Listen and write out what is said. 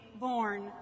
born